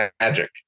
magic